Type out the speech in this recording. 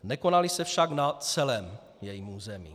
Nekonaly se však na celém jejím území.